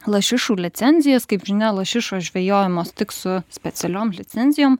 lašišų licenzijas kaip žinia lašišos žvejojamos tik su specialiom licencijom